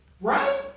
Right